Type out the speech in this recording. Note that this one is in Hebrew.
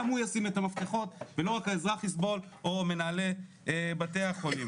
גם הוא ישים את המפתחות ולא רק האזרח יסבול או מנהלי בתי החולים.